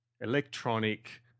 Electronic